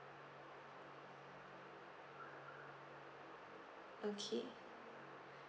okay